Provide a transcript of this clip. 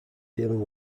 dealing